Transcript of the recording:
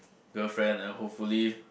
girlfriend and hopefully